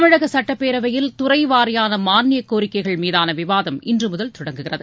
தமிழக சட்டப்பேரவையில் துறை வாரியான மானியக் கோரிக்கைகள் மீதான விவாதம் இன்றுமுதல் தொடங்குகிறது